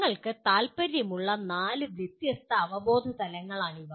ഞങ്ങൾക്ക് താൽപ്പര്യമുള്ള നാല് വ്യത്യസ്ത അവബോധ തലങ്ങളാണിവ